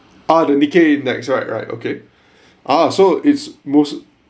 R index right right okay ah so it's most